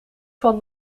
van